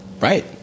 right